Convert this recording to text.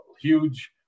huge